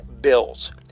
bills